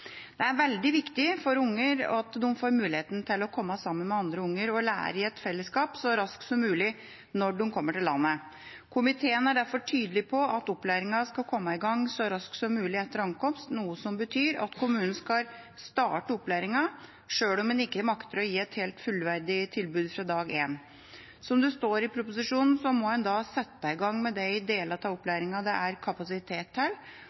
Det er veldig viktig for unger at de får muligheten til å komme sammen med andre unger og lære i et fellesskap så raskt som mulig når de kommer til landet. Komiteen er derfor tydelig på at opplæringen skal komme i gang så raskt som mulig etter ankomst, noe som betyr at kommunen skal starte opplæringen sjøl om en ikke makter å gi et helt fullverdig tilbud fra dag én. Som det står i proposisjonen, må en da sette i gang med de delene av opplæringen det er kapasitet til,